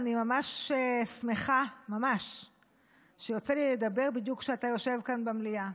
אני ממש שמחה שיוצא לי לדבר בדיוק כשאתה יושב כאן במליאה,